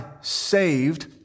saved